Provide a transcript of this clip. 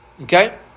Okay